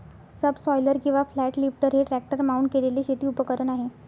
subsoiler किंवा flat lifter हे tractor mount केलेले शेती उपकरण आहे